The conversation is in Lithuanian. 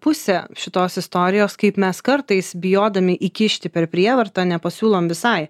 pusė šitos istorijos kaip mes kartais bijodami įkišti per prievartą nepasiūlom visai